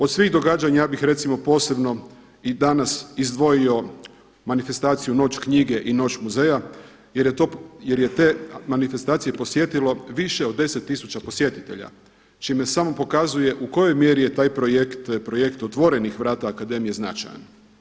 Od svih događanja ja bih recimo posebno i danas izdvojio manifestaciju „Noć knjige“ i „Noć muzeja“ jer je te manifestacije posjetilo više od 10000 posjetitelja čime samo pokazuje u kojoj mjeri je taj projekt, projekt otvorenih vrata akademije značajan.